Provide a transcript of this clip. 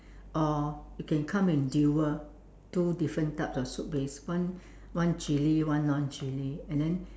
or it can come in dual two different types of soup base one one chili and one non chili and then